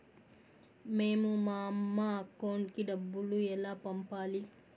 మేము మా అమ్మ అకౌంట్ కి డబ్బులు ఎలా పంపాలి